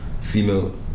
female